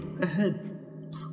ahead